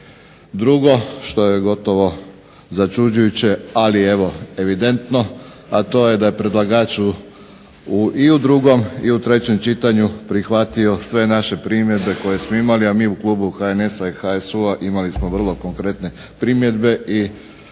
Drugo, što je gotovo začuđujuće ali evidentno a to je da je predlagač i u drugom i u trećem čitanju prihvatio sve naše primjedbe koje smo imali, a mi u klubu HNS-HSU-a imali smo vrlo konkretne primjedbe i